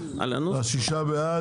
6 בעד.